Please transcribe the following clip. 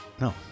no